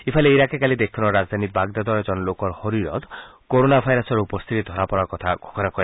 ইফালে ইৰাকে কালি দেশখনৰ ৰাজধানী বাগদাদৰ এজন লোকৰ শৰীৰত ক'ৰোণা ভাইৰাছৰ উপস্থিতি ধৰা পৰাৰ কথা ঘোষণা কৰে